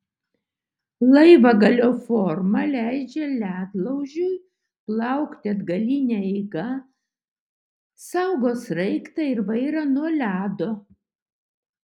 laivagalio forma leidžia ledlaužiui plaukti atgaline eiga saugo sraigtą ir vairą nuo ledo